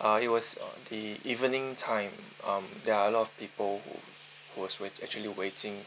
uh it was on the evening time um there are a lot of people wh~ who was actually waiting